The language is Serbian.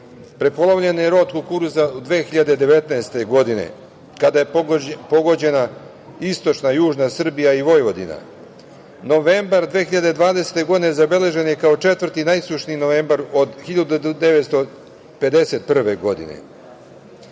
Prepolovljen je rod kukuruza u 2019. godini, kada je pogođena istočna i južna Srbija i Vojvodina. Novembar 2020. godine zabeležen je kao četvrti najsušniji novembar od 1951.